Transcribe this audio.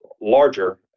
larger